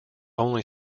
only